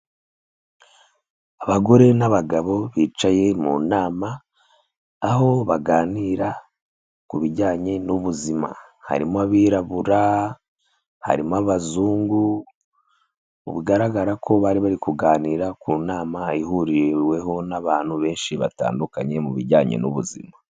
Abagore n'abagabo bicaye mu nama, aho baganira ku bijyanye n'ubuzima, harimo abirabura, harimo abazungu, bigaragara ko bari bari kuganira ku nama ihuriweho n'abantu benshi batandukanye mu bijyanye n'ubuzima.